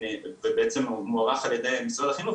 ובעצם מוערך על ידי משרד החינוך,